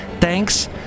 thanks